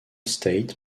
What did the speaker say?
state